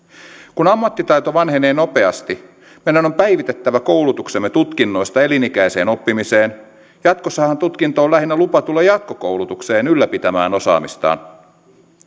kun ammattitaito vanhenee nopeasti meidän on päivitettävä koulutuksemme tutkinnoista elinikäiseen oppimiseen jatkossahan tutkinto on lähinnä lupa tulla jatkokoulutukseen ylläpitämään osaamistaan